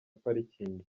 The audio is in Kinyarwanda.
parikingi